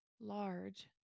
large